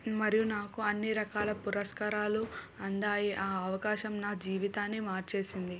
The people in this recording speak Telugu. మరియు నాకు అన్నీ రకాల పురస్కారాలు అందాయి ఆ అవకాశం నా జీవితాన్నే మార్చేసింది